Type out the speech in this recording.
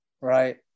right